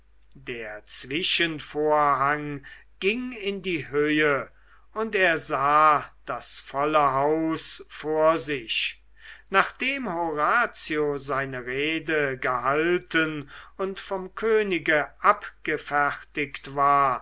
der zwischenvorhang ging in die höhe und er sah das volle haus vor sich nachdem horatio seine rede gehalten und vom könige abgefertigt war